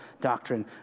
doctrine